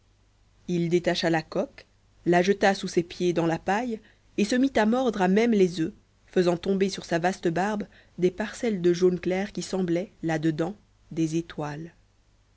il détacha la coque la jeta sous ses pieds dans la paille et se mit à mordre à même les oeufs faisant tomber sur sa vaste barbe des parcelles de jaune clair qui semblaient là dedans des étoiles